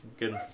good